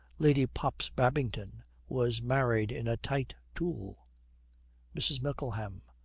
lady pops babington was married in a tight tulle mrs. mickleham.